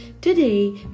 Today